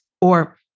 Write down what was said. Or-